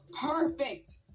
perfect